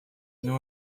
não